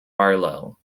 barlow